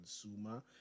consumer